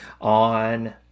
on